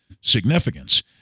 significance